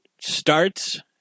starts